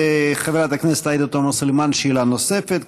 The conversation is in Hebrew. חברת הכנסת עאידה תומא סלימאן, שאלה נוספת.